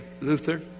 Luther